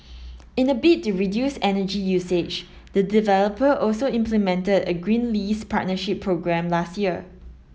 in a bid to reduce energy usage the developer also implemented a green lease partnership programme last year